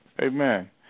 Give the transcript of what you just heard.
Amen